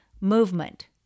movement